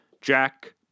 Jack